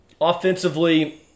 Offensively